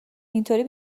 اینطوری